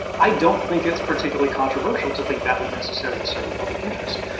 i don't think it's particularly controversial to think that would necessarily serve a public interest.